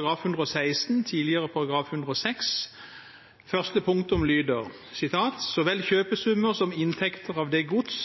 116, tidligere § 106, første punktum lyder: «Så vel kjøpesummer som inntekter av det gods